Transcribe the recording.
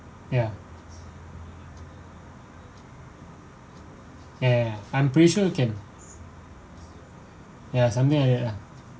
ya ya ya ya I'm pretty sure you can ya something like that lah